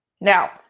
Now